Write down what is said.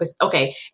Okay